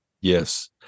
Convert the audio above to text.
Yes